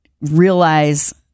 realize